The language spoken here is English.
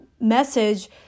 message